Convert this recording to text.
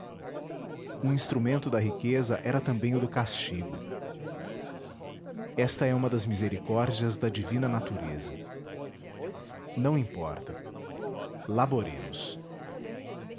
o instrumento da riqueza era também o do castigo esta é uma das misericórdias da divina natureza não importa